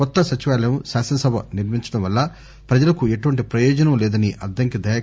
కొత్త సచివాలయం శాసనసభ నిర్మించడం వల్ల ప్రజలకు ఎటువంటి ప్రయోజనం లేదని అద్దంకి దయాకర్ ఆరోపించారు